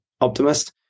optimist